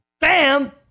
bam